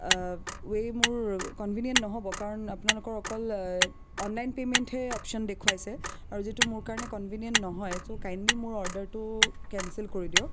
ৱে মোৰ কনভেনিয়েণ্ট নহ'ব কাৰণ আপোনালোকৰ অকল অনলাইন পেমেণ্টহে অপচন দেখুৱাইছে আৰু যিটো মোৰ কাৰণে কনভেনিয়েণ্ট নহয় চ' কাইণ্ডলি মোৰ অৰ্ডাৰটো কেঞ্চেল কৰি দিয়ক